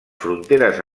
fronteres